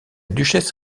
duchesse